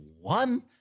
one